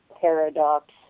paradox